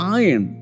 iron